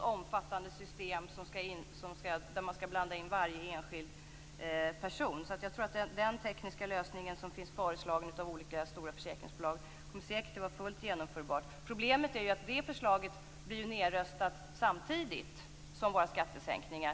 omfattande system där man skall blanda in varje enskild person. Jag tror säkert att den tekniska lösning som finns föreslagen av olika stora försäkringsbolag kommer att vara fullt genomförbar. Problemet är ju att det förslaget blir nedröstat samtidigt som våra förslag om skattesänkningar.